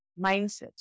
mindset